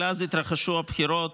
אבל אז התרחשו הבחירות,